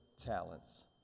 talents